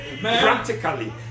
practically